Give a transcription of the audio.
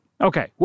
Okay